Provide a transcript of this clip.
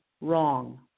wrong